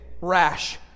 rash